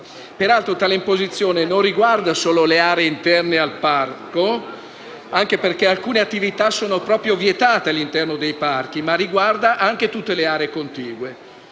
Peraltro, tale imposizione non riguarda solo le aree interne al parco, anche perché alcune attività sono proprio vietate all’interno dei parchi, ma riguarda anche tutte le aree contigue.